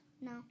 No